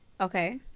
Okay